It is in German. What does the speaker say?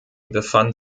befand